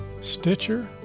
Stitcher